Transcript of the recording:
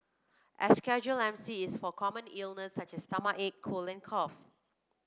a casual M C is for common illness such as stomachache cold and cough